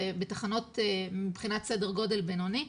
בתחנות מבחינת סדר גודל בינוני,